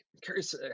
curious